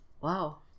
Wow